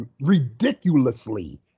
ridiculously